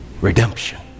Redemption